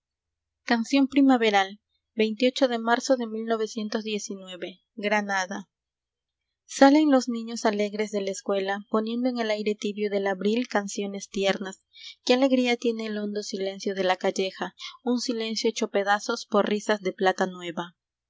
como d e marzo de los niños alegres s de la escuela poniendo en el aire tibio del abril canciones tiernas que alegría tiene el hondo silencio de la calleja un silencio hecho pedazos por risas de plata nueva